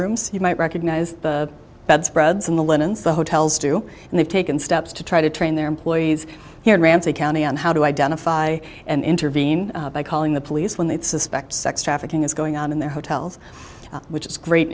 rooms you might recognize the bedspreads and the linens the hotels do and they've taken steps to try to train their employees here in ramsey county on how to identify and intervene by calling the police when they suspect sex trafficking is going on in their hotels which is great